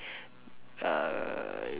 err